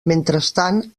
mentrestant